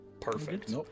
Perfect